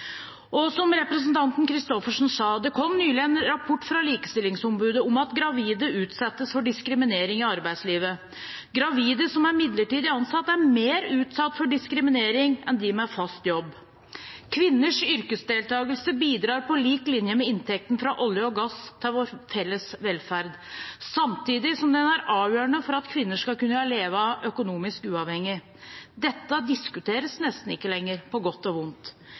dette. Som representanten Christoffersen sa: Det kom nylig en rapport fra Likestillingsombudet om at gravide utsettes for diskriminering i arbeidslivet. Gravide som er midlertidig ansatt, er mer utsatt for diskriminering enn dem med fast jobb. Kvinners yrkesdeltakelse bidrar på lik linje med inntektene fra olje og gass til vår felles velferd, samtidig som den er avgjørende for at kvinner skal kunne leve økonomisk uavhengig. Dette diskuteres nesten ikke lenger – på godt og vondt.